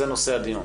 זה נושא הדיון.